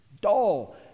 dull